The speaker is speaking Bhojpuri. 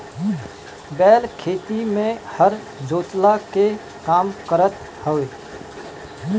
बैल खेती में हर जोतला के काम करत हवे